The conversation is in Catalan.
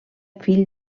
fill